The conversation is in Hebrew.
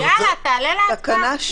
יאללה, תעלה להצבעה.